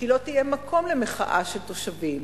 כי לא יהיה מקום למחאה של תושבים.